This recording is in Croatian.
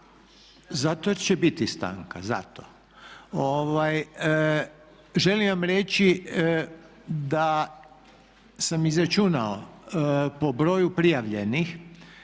Zato jer će biti stanka, zato. Želim vam reći da sam izračunao po broju prijavljenih